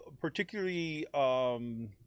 particularly